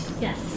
Yes